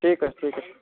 cakes cakes